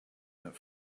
that